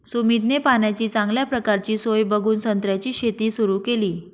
सुमितने पाण्याची चांगल्या प्रकारची सोय बघून संत्र्याची शेती सुरु केली